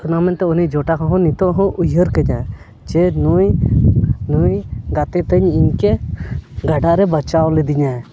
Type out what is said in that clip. ᱚᱱᱟ ᱢᱮᱱᱛᱮ ᱩᱱᱤ ᱡᱚᱴᱟᱣᱦᱚᱸ ᱱᱤᱛᱳᱜ ᱦᱚᱸ ᱩᱭᱦᱟᱹᱨᱤᱧᱟ ᱡᱮ ᱱᱩᱭ ᱱᱩᱭ ᱜᱟᱛᱮ ᱛᱤᱧ ᱤᱧᱠᱮ ᱜᱟᱰᱟᱨᱮ ᱵᱟᱧᱪᱟᱣ ᱞᱤᱫᱤᱧᱟᱭ